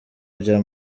bya